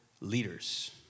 leaders